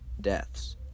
deaths